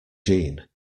jeanne